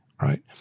right